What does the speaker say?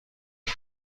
این